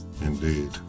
Indeed